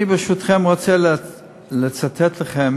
אני, ברשותכם, רוצה לצטט לכם